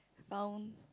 found